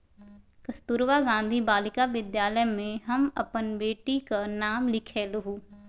कस्तूरबा गांधी बालिका विद्यालय मे हम अपन बेटीक नाम लिखेलहुँ